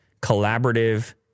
collaborative